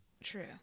True